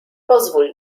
pozwól